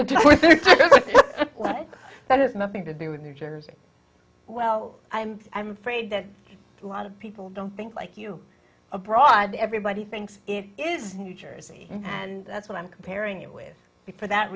you that has nothing to do with new jersey well i'm i'm afraid that a lot of people don't think like you abroad everybody thinks it is new jersey and that's what i'm comparing it with be for that